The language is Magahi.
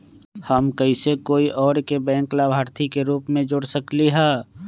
हम कैसे कोई और के बैंक लाभार्थी के रूप में जोर सकली ह?